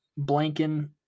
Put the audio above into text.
Blanking